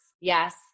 Yes